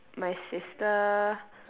my sister